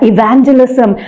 Evangelism